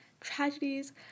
tragedies